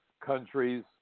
countries